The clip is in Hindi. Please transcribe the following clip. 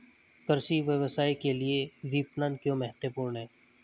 कृषि व्यवसाय के लिए विपणन क्यों महत्वपूर्ण है?